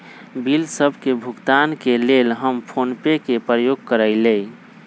bill सभ के भुगतान के लेल हम फोनपे के प्रयोग करइले